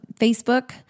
Facebook